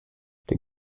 der